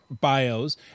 bios